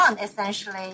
essentially